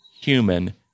human